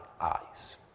eyes